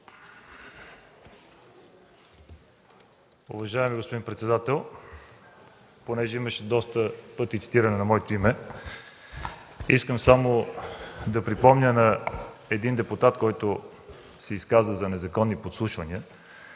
Уважаеми господин председател, понеже имаше доста пъти цитиране на моето име, искам само да припомня на един депутат, който се изказа за незаконни подслушвания.